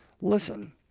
listen